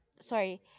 Sorry